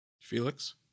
Felix